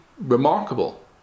remarkable